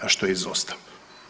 A što je izostalo.